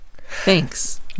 Thanks